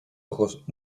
ojos